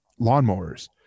lawnmowers